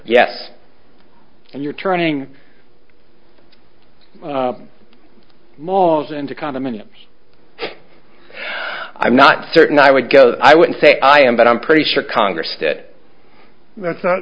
yes and you're turning the malls into condominiums i'm not certain i would go i wouldn't say i am but i'm pretty sure congress that that's not